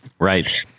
Right